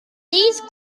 these